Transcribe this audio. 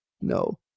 No